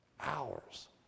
hours